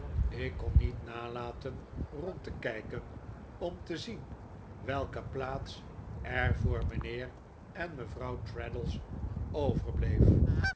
ik kon niet nalaten rond te kijken om te zien welke plaats er voor mijnheer en mevrouw traddles overbleef